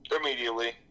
Immediately